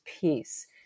peace